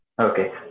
Okay